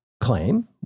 claim